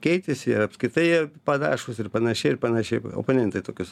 keitėsi ir apskritai jie panašūs ir panašiai ir panašiai oponentai tokius